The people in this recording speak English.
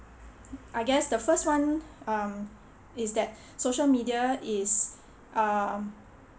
I guess the first one um is that social media is err